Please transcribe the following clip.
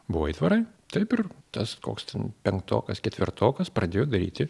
buvo aitvarai taip ir tas koks ten penktokas ketvirtokas pradėjo daryti